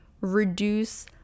reduce